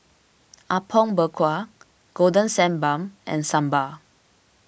Apom Berkuah Golden Sand Bun and Sambal